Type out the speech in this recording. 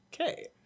Okay